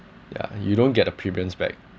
ya you don't get the premiums back